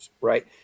right